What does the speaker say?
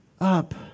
up